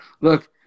Look